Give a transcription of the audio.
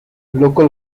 local